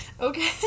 Okay